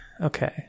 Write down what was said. okay